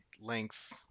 length